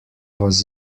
was